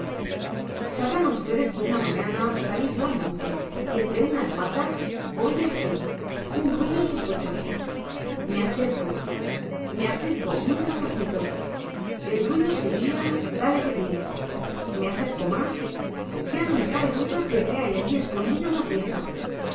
sabrán ustedes que una mañana salí yo al monte y entre unas matas oí así un ruido sospechoso me acerco muy despacito el ruido seguía dale que tienes me acerco más ya no me cabe duda de que hay allí escondida una pieza